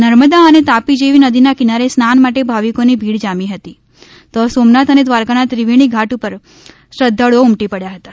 નર્મદા અને તાપી જેવી નદીના કિનારે સ્નાન માટે ભાવિકોની ભીડ જામી હતી તો સોમનાથ અને દ્વારકાના ત્રિવેણી ઘાટ ઉપર પણ શ્રદ્વાળુઓ ઉમટી પડ્યા હતા